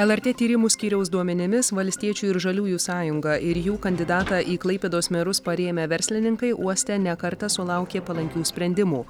lrt tyrimų skyriaus duomenimis valstiečių ir žaliųjų sąjunga ir jų kandidatą į klaipėdos merus parėmę verslininkai uoste ne kartą sulaukė palankių sprendimų